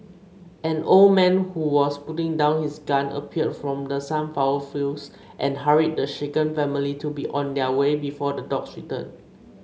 an old man who was putting down his gun appeared from the sunflower fields and hurried the shaken family to be on their way before the dogs return